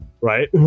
right